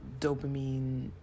dopamine